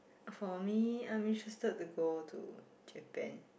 for me I'm interested to go to Japan